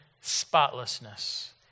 spotlessness